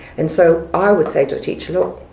and so i would say to a teacher, look,